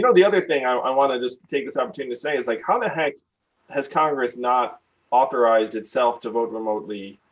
you know the other thing i want to just take this opportunity to say is like, how the heck has congress not authorized itself to vote remotely?